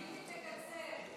מיקי, תקצר.